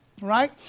right